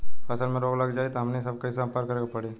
फसल में रोग लग जाई त हमनी सब कैसे संपर्क करें के पड़ी?